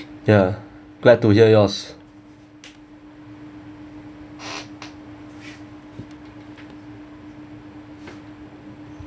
ya glad to hear yours